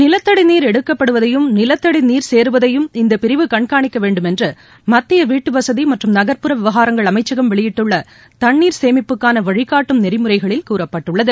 நிலத்தடி நீர் எடுக்கப்படுவதையும் நிலத்தடிக்கு நீர் சேருவதையும் இந்தப்பிரிவு கண்காணிக்க வேண்டும் என்று மத்திய வீட்டுவசதி மற்றும் நகர்ப்புற விவகாரங்கள் அமைச்சகம் வெளியிட்டுள்ள தண்ணீர் சேமிப்புக்கான வழிகாட்டும் நெறிமுறைகளில் கூறப்பட்டுள்ளது